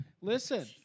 Listen